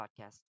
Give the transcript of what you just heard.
podcast